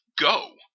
Go